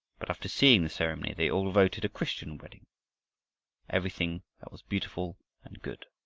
but after seeing the ceremony, they all voted a christian wedding everything that was beautiful and good.